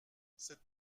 cette